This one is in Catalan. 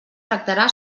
tractarà